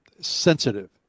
sensitive